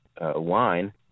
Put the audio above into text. wine